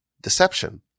deception